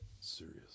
serious